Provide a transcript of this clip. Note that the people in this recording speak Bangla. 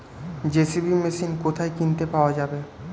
জে.সি.বি মেশিন কোথায় কিনতে পাওয়া যাবে?